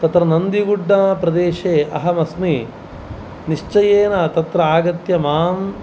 तत्र नन्दिगुड्डप्रदेशे अहमस्मि निश्चयेन तत्र आगत्य मां